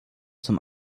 zum